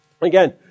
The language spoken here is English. Again